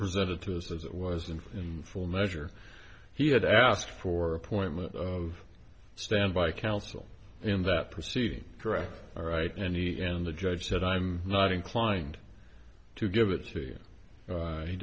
presented to us as it was and in full measure he had asked for a point of standby counsel in that proceeding correct all right and he and the judge said i'm not inclined to give it to y